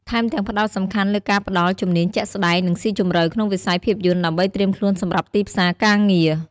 ថែមទាំងផ្ដោតសំខាន់លើការផ្ដល់ ជំនាញជាក់ស្ដែង និងស៊ីជម្រៅ ក្នុងវិស័យភាពយន្ត ដើម្បីត្រៀមខ្លួនសម្រាប់ទីផ្សារការងារ។